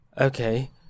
okay